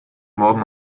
morgen